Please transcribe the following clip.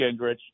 Gingrich